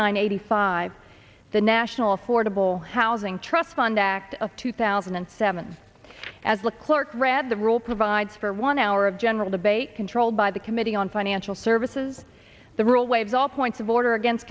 nine eighty five the national affordable housing trust fund act of two thousand and seven as a clerk read the rule provides for one hour of general debate controlled by the committee on financial services the rule waves all points of order against